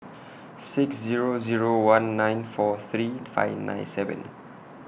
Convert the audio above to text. six Zero Zero one nine four three five nine seven